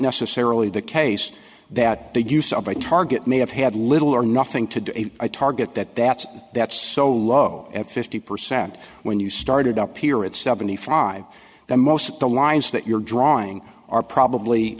necessarily the case that the use of a target may have had little or nothing to do i target that that's that's so low at fifty percent when you started up here at seventy five that most of the lines that you're drawing are